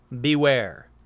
Beware